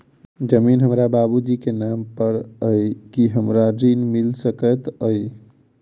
जमीन हमरा बाबूजी केँ नाम पर अई की हमरा ऋण मिल सकैत अई?